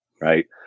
right